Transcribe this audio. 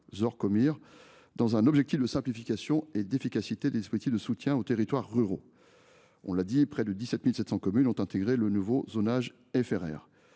répond à un objectif de simplification et d’efficacité des dispositifs de soutien aux territoires ruraux. Près de 17 700 communes ont intégré le nouveau zonage FRR.